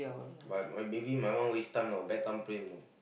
but maybe my one waste time bad time plane